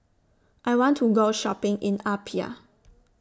I want to Go Shopping in Apia